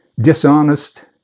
dishonest